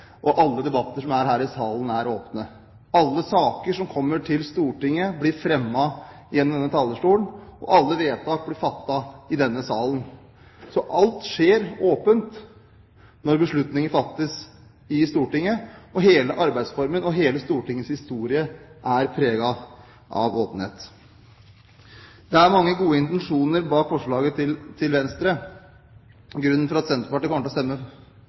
som er her i salen, er åpne. Alle saker som kommer til Stortinget, blir fremmet gjennom denne talerstolen, og alle vedtak blir fattet i denne salen. Alt skjer åpent når beslutninger fattes i Stortinget, og hele arbeidsformen og hele Stortingets historie er preget av åpenhet. Det er mange gode intensjoner bak forslaget til Venstre. Grunnen til at Senterpartiet kommer til å stemme